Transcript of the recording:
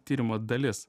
tyrimo dalis